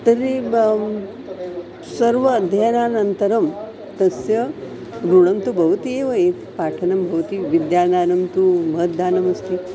तर्हि सर्व अध्ययनानन्तरं तस्य ऋणं तु भवति एव पाठनं भवति विद्यादानं तु महद्दानमस्ति